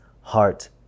heart